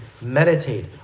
meditate